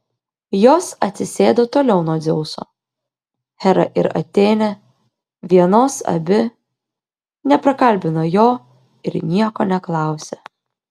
jos atsisėdo toliau nuo dzeuso hera ir atėnė vienos abi neprakalbino jo ir nieko neklausė